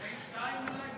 בסעיף 2 אולי בטעות?